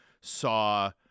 saw